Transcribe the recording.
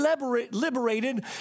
liberated